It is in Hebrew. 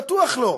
בטוח לא,